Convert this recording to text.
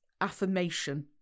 Affirmation